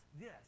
Yes